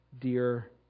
dear